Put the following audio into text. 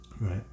right